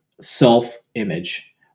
self-image